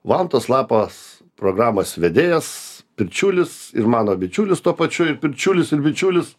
vantos lapas programos vedėjas pirčiulis ir mano bičiulis tuo pačiu ir pirčiulis ir bičiulis